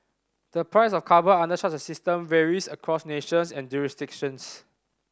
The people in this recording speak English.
the price of carbon under such a system varies across nations and jurisdictions